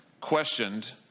questioned